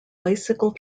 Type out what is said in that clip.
bicycle